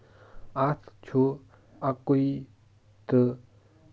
اَتھ چھُ اَکوے تہٕ